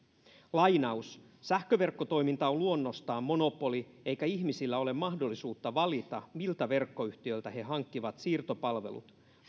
sähköverkkotoiminta on luonnostaan monopoli eikä ihmisillä ole mahdollisuutta valita miltä verkkoyhtiöltä he hankkivat siirtopalvelut